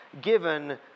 given